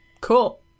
Cool